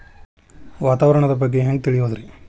ವಾತಾವರಣದ ಬಗ್ಗೆ ಹ್ಯಾಂಗ್ ತಿಳಿಯೋದ್ರಿ?